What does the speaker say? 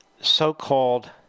so-called